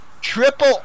Triple